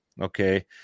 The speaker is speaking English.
Okay